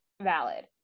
valid